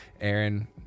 Aaron